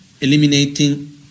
eliminating